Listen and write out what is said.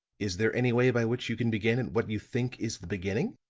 is there any way by which you can begin at what you think is the beginning?